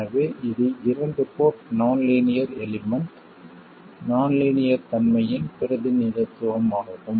எனவே இது இரண்டு port non linear element non linear தன்மையின் பிரதிநிதித்துவம் ஆகும்